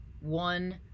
one